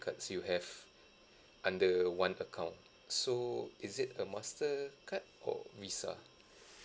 cards you have under one account so is it a mastercard or visa